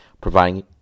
providing